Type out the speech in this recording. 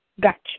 Gotcha